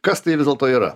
kas tai vis dėlto yra